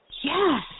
Yes